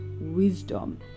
wisdom